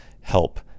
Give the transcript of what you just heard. help